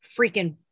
freaking